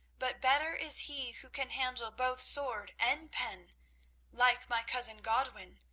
but better is he who can handle both sword and pen like my cousin godwin,